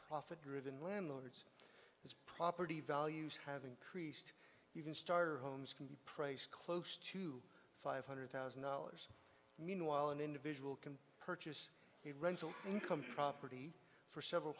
profit driven landlords his property values have increased even starter homes can be praised close to five hundred thousand dollars meanwhile an individual can be rental income property for several